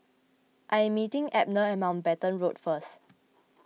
I am meeting Abner at Mountbatten Road first